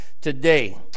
today